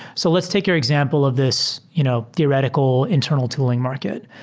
so let's take your example of this you know theoretical internal tool ing market.